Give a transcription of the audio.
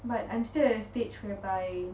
but I'm still at a stage whereby